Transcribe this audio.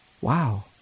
Wow